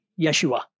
Yeshua